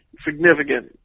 significant